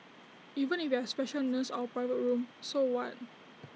even if you have A special nurse or A private room so what